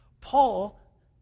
Paul